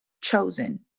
chosen